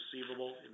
receivable